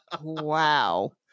Wow